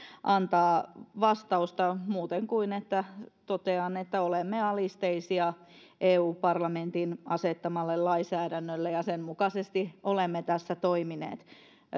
antaa vastausta muuten kuin että totean että olemme alisteisia eu parlamentin asettamalle lainsäädännölle ja sen mukaisesti olemme tässä toimineet